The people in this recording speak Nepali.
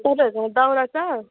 तपाईँहरूकोमा दाउरा छ